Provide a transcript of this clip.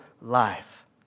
life